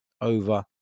over